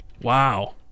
wow